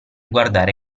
guardare